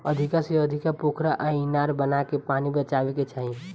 अधिका से अधिका पोखरा आ इनार बनाके पानी बचावे के चाही